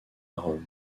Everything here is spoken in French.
rome